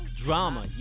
drama